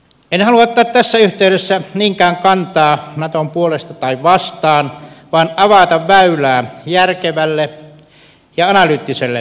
en halua ottaa tässä yhteydessä niinkään kantaa naton puolesta tai vastaan vaan avata väylää järkevälle ja analyyttiselle keskustelulle